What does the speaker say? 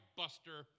buster